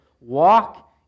Walk